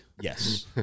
Yes